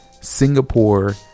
Singapore